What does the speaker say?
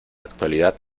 actualidad